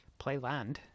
Playland